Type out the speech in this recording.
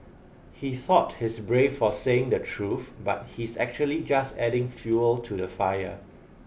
he thought he's brave for saying the truth but he's actually just adding fuel to the fire